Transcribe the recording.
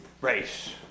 race